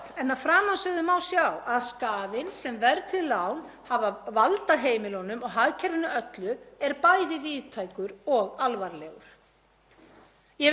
Ég vek einnig sérstaka athygli á setningunni: Það væri hagkerfinu mjög til trafala í framtíðinni ef hlutur verðtryggðra lána ykist á ný.